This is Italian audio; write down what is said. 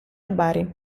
bari